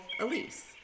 Elise